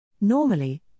Normally